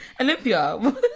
Olympia